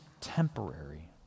temporary